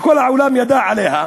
שכל העולם ידע עליה,